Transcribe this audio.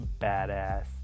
badass